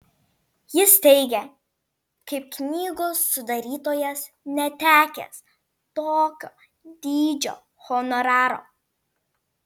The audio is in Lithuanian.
jis teigia kaip knygos sudarytojas netekęs tokio dydžio honoraro